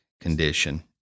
condition